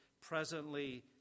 presently